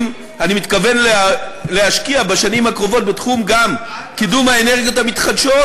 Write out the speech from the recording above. אני מתכוון להשקיע בשנים הקרובות גם בתחום קידום האנרגיות המתחדשות,